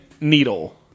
needle